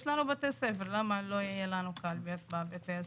יש לנו בתי ספר, למה שלא יהיה לנו קלפי בבתי הספר?